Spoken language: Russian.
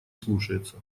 слушается